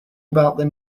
about